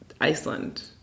Iceland